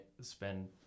spend